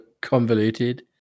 convoluted